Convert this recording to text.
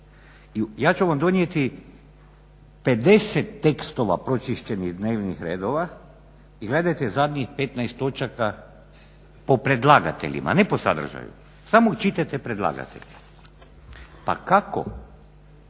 ja ću vam donijeti 50 tekstova pročišćenih dnevnih redova i gledajte zadnjih 15 točaka po predlagateljima, ne po sadržaju, samo čitajte predlagatelje. Pa kako